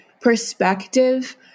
perspective